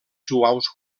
suaus